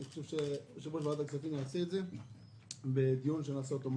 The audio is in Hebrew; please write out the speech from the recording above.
אני חושב שיושב-ראש וועדת כספים יעשה את זה בדיון מהיר.